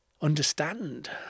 understand